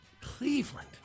Cleveland